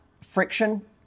friction